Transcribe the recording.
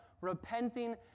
repenting